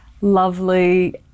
lovely